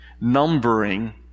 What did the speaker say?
numbering